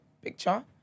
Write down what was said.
picture